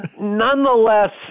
Nonetheless